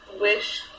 wish